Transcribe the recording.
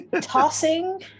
tossing